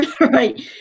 right